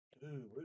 Dude